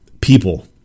people